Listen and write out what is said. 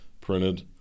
printed